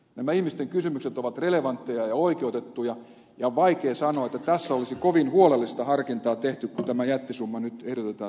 nämä ihmisten kysymykset ovat relevantteja ja oikeutettuja ja on vaikea sanoa että tässä olisi kovin huolellista harkintaa tehty kun tämä jättisumma nyt ehdotetaan siirrettäväksi